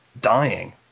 Dying